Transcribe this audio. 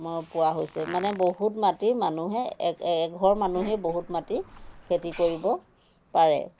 পোৱা হৈছে মানে বহুত মাটি মানুহে এ এঘৰ মানুহেই বহুত মাটি খেতি কৰিব পাৰে